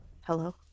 Hello